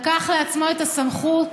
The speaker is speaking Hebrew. לקח לעצמו את הסמכות